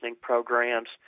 programs